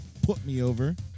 putmeover